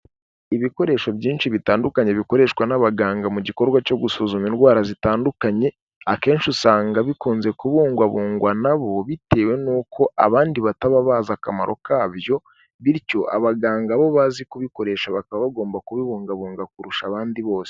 Ibikoresho byinshi bitandukanye bikoreshwa n'abaganga mu gikorwa cyo gusuzuma indwara zitandukanye, akenshi usanga bikunze kubungwabungwa na bo bitewe n'uko abandi bataba bazi akamaro kabyo, bityo abaganga bo bazi kubikoresha bakaba bagomba kubibungabunga kurusha abandi bose.